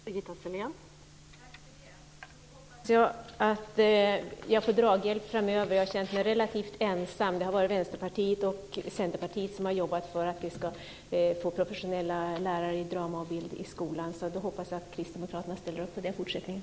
Fru talman! Tack för det. Då hoppas jag att jag får draghjälp framöver. Jag har känt mig relativt ensam. Det har varit Vänsterpartiet och Centerpartiet som har jobbat för att vi ska få professionella lärare i drama och bild i skolan. Då hoppas jag att Kristdemokraterna ställer upp på det i fortsättningen.